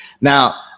Now